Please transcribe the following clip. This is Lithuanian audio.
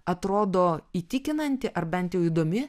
atrodo įtikinanti ar bent jau įdomi